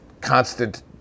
constant